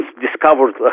discovered